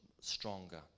stronger